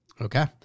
Okay